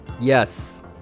yes